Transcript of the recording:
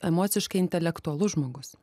emociškai intelektualus žmogus